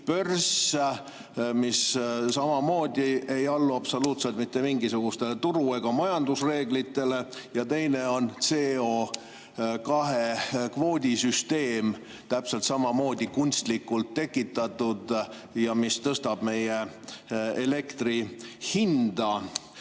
börs, mis samamoodi ei allu absoluutselt mitte mingisugustele turu- ega majandusreeglitele, ja teine on CO2‑kvoodi süsteem, mis on täpselt samamoodi kunstlikult tekitatud ja tõstab meie elektri hinda.